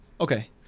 Okay